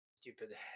stupid